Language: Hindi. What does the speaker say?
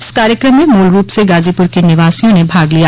इस कार्यक्रम में मूल रूप से गाजीपुर के निवासियों ने भाग लिया